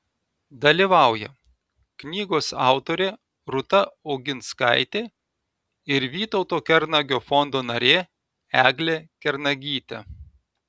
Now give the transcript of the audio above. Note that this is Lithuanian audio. dalyvauja knygos autorė rūta oginskaitė ir vytauto kernagio fondo narė eglė kernagytė